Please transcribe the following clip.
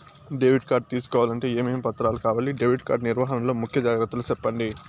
Debit card తీసుకోవాలంటే ఏమేమి పత్రాలు కావాలి? డెబిట్ కార్డు నిర్వహణ లో ముఖ్య జాగ్రత్తలు సెప్పండి?